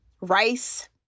rice